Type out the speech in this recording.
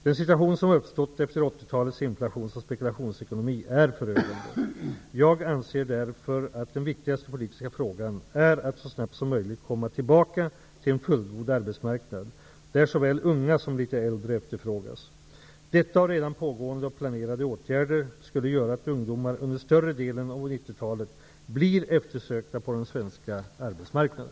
Den situation som uppstått efter åttiotalets inflations och spekulationsekonomi är förödande. Jag anser därför att den viktigaste politiska frågan är att så snabbt som möjligt komma tillbaka till en fullgod arbetsmarknad, där såväl unga som litet äldre efterfrågas. Detta och redan pågående och planerade åtgärder skulle göra att ungdomar under större delen av 90-talet blir eftersökta på den svenska arbetsmarknaden.